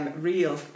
real